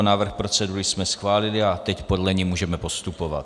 Návrh procedury jsme schválili a teď podle něj můžeme postupovat.